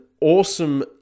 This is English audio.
Awesome